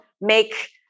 make